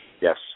Yes